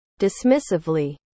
Dismissively